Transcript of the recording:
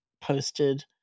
posted